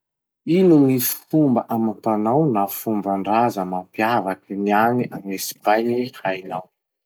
Ino gny fomba amam-panao na fomban-draza mampiavaky gny agny an'Espagny hainao?